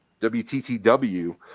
wttw